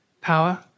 Power